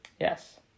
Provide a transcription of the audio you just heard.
Yes